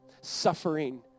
suffering